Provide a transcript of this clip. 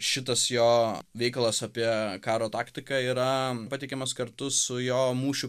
šitas jo veikalas apie karo taktiką yra pateikiamas kartu su jo mūšiu